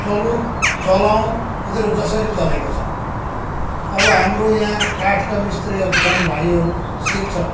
चलुन् चलाउन् उनीहरू जसरी चलेको छन् अब हाम्रो यहाँ काठको मिस्त्रीहरू छन् भाइहरू सिक्छन्